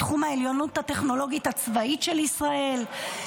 מתחום העליונות הטכנולוגית הצבאית של ישראל,